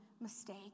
mistake